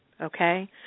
okay